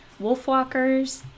Wolfwalkers